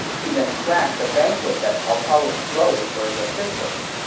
he then crashed a banquet that cao cao was throwing for his officials.